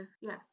yes